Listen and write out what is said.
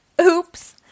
Oops